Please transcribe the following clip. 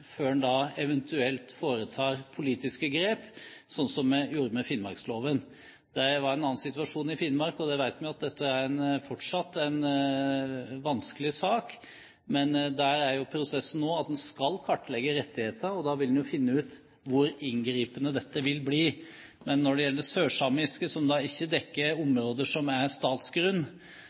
før en eventuelt foretar politiske grep, slik vi gjorde med finnmarksloven. Det var en annen situasjon i Finnmark. Vi vet at dette fortsatt er en vanskelig sak, men der er prosessen nå at en skal kartlegge rettigheter. Da vil en finne ut hvor inngripende dette vil bli. Men når det gjelder det sørsamiske, som ikke dekker områder som er statsgrunn,